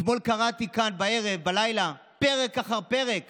אתמול בלילה קראתי כאן פרק אחר פרק